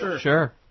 sure